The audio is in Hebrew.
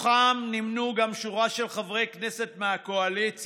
בתוכם נמנו גם שורה של חברי כנסת מהקואליציה,